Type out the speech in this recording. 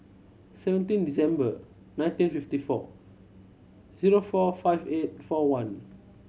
seventeen December nineteen fifty four zero four five eight four one